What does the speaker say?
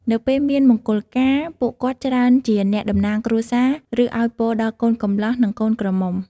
នៅពេលមានមង្គលការ ពួកគាត់ច្រើនជាអ្នកតំណាងគ្រួសារ ឬឱ្យពរដល់កូនកម្លាះ និងកូនក្រមុំ។